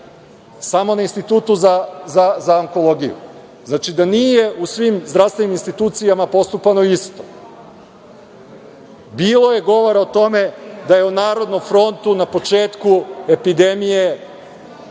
samo na Institutu za onkologiju. Znači, da nije u svim zdravstvenim institucijama postupano isto. Bilo je govora o tome da u Narodnom frontu na početku epidemije nije